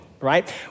right